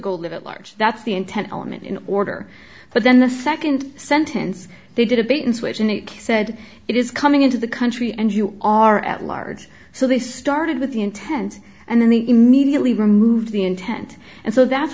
go live at large that's the intent element in order but then the second sentence they did a bait and switch and they said it is coming into the country and you are at large so they started with the intent and then the immediately removed the intent and so that's